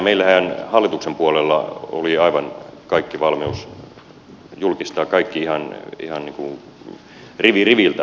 meillähän hallituksen puolella oli aivan kaikki valmius julkistaa kaikki ihan niin kuin rivi riviltä